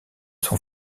sont